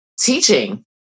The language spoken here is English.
teaching